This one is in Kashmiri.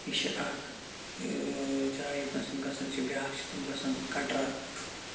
یہِ چھِ اَکھ جاے یوٚتنَس تِم گَژھان چھِ بیاکھ چھِ تِم گَژھان کَٹرا